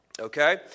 okay